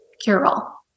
cure-all